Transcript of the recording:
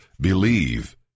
Believe